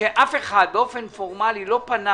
שאף אחד לא פנה באופן פורמלי למשפחות